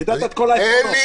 חידדת את כל העקרונות.